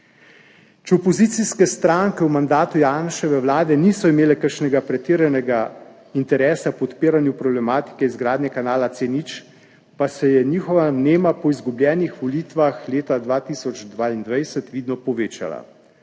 Če opozicijske stranke v mandatu Janševe vlade niso imele kakšnega pretiranega interesa po odpiranju problematike izgradnje kanala C0, pa se je njihova vnema po izgubljenih volitvah leta 2022 vidno povečala.